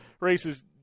Races